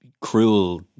cruel